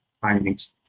findings